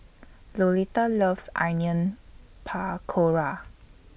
Lolita loves Onion Pakora